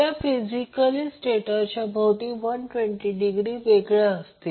त्या फिजिकली स्टेटरच्या भोवती 120 डिग्री वेगळ्या असतील